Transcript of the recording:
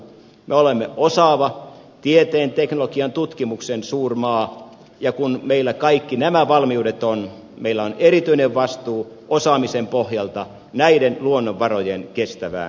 me olemme osaava tieteen teknologian ja tutkimuksen suurmaa ja kun meillä kaikki nämä valmiudet on meillä on erityinen vastuu osaamisen pohjalta näiden luonnonvarojen kestävä